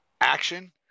action